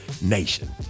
nation